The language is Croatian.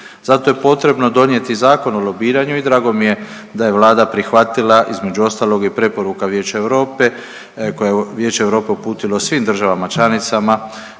Zato je potrebno donijeti Zakon o lobiranju i drago mi je da je Vlada prihvatila, između ostalog i preporuka Vijeća Europe, koje je Vijeće Europe uputilo svim državama članicama